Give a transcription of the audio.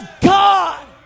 God